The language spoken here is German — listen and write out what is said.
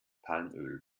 palmöl